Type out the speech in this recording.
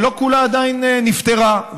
שלא כולה עדיין נפתרה.